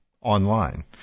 online